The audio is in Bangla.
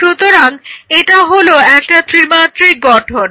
সুতরাং এটা হলো একটা ত্রিমাত্রিক গঠন